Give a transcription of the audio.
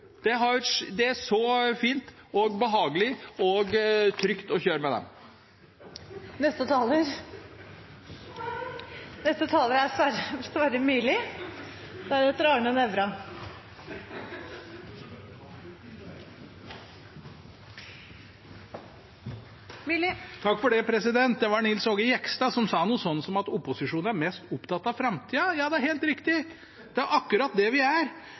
Det er så fint og behagelig og trygt å kjøre med dem. Det var Nils Aage Jegstad som sa noe sånt som at opposisjonen er mest opptatt av framtida. Ja, det er helt riktig – det er akkurat det vi er!